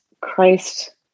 Christ